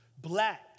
black